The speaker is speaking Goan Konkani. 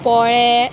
पोळे